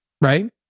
Right